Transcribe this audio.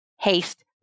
haste